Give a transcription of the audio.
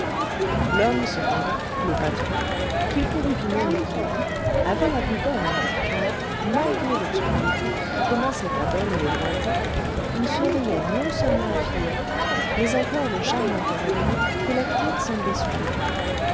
l'homme cependant le patron qu'il courût ou non le guilledou avait la vue bonne car malgré l'obscurité qui commençait à borner les lointains il surveillait non seulement la fillette mais encore le charmant cavalier que la fillette semblait suivre